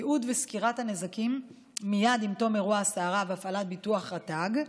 תיעוד וסקירת הנזקים מייד עם תום אירוע הסערה והפעלת ביטוח רט"ג.